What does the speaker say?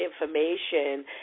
information